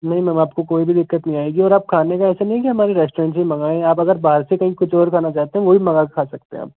नहीं मैम आपको कोई भी दिक्कत नहीं आएगी और आप खाने का ऐसा नहीं है की हमारे रेस्टोरेंट से ही मंगाएँ आप अगर बाहर से कहीं कुछ और खाना चाहते हैं वह भी मंगा के खा सकते है आप